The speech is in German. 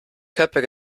körper